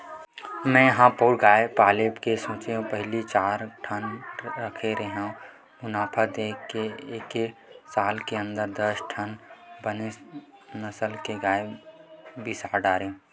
मेंहा पउर साल गाय पाले के सोचेंव पहिली चारे ठन रखे रेहेंव मुनाफा देख के एके साल के अंदर दस ठन बने नसल के गाय बिसा डरेंव